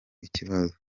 ikibazo